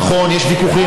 נכון, יש ויכוחים.